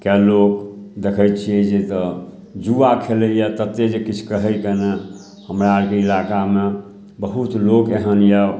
लोक देखै छिए जे तऽ जुआ खेलैए ततेक जे किछु कहैके नहि हमरा आरके इलाकामे बहुत लोक एहन यऽ